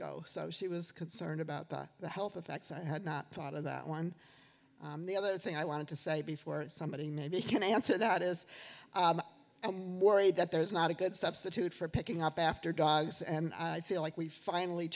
go so she was concerned about the health effects i had not thought of that one the other thing i wanted to say before somebody maybe can answer that is worried that there is not a good substitute for picking up after dogs and i feel like we finally